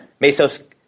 Mesos